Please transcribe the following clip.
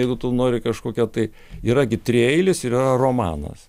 jeigu tu nori kažkokią tai yra gi trieilis yra romanas